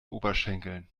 oberschenkeln